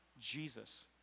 Jesus